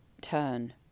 turn